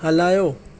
हलायो